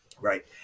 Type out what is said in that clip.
Right